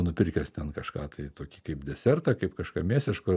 nupirkęs ten kažką tai tokį kaip desertą kaip kažką mėsiško